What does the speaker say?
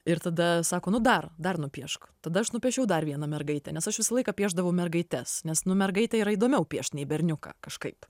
ir tada sako nu dar dar nupiešk tada aš nupiešiau dar vieną mergaitę nes aš visą laiką piešdavau mergaites nes nu mergaitę yra įdomiau piešt nei berniuką kažkaip